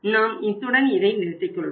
நாம் இத்துடன் இதை நிறுத்திக் கொள்வோம்